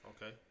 Okay